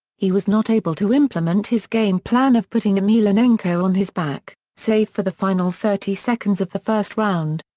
he was not able to implement his game plan of putting emelianenko on his back, save for the final thirty seconds of the first round.